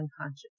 unconscious